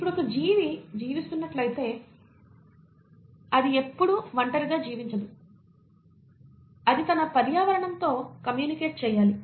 ఇప్పుడు ఒక జీవి జీవిస్తున్నట్లయితే అది ఎప్పుడూ ఒంటరిగా జీవించదు అది తన పర్యావరణంతో కమ్యూనికేట్ చేయాలి